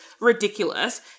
ridiculous